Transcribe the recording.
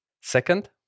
Second